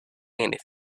anything